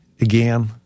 Again